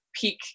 peak